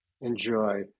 enjoy